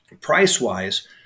price-wise